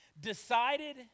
decided